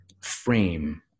frame